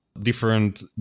different